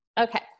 Okay